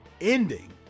ending